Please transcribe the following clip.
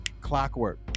clockwork